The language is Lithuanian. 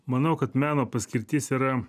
manau kad meno paskirtis yra